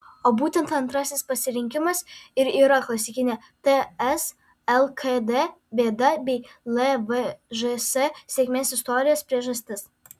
o būtent antrasis pasirinkimas ir yra klasikinė ts lkd bėda bei lvžs sėkmės istorijos priežastis